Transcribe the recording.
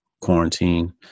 quarantine